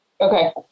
Okay